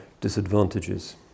disadvantages